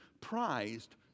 prized